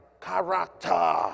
character